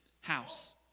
house